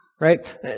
Right